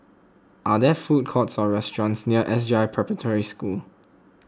are there food courts or restaurants near S J I Preparatory School